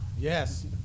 yes